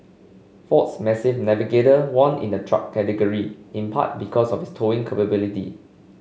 ford's massive Navigator won in the truck category in part because of its towing capability